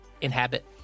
inhabit